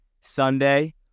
Sunday